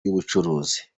y’ubucuruzi